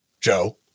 Joe